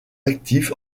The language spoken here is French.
actif